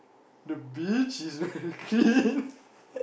the beach is very clean